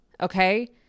Okay